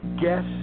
guess